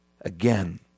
Again